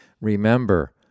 Remember